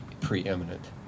preeminent